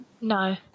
no